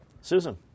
Susan